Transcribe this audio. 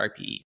RPE